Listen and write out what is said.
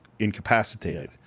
incapacitated